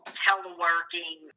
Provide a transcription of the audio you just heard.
teleworking